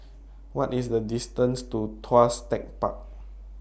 What IS The distance to Tuas Tech Park